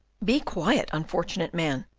be quiet, unfortunate man,